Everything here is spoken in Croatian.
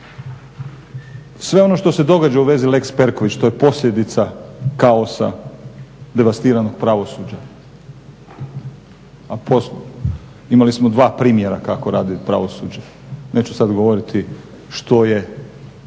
sve ono što se događa u vezi lex Perković to je posljedica kaosa devastiranog pravosuđa. Imali smo dva primjera kako radi pravosuđe. Neću sad govoriti što je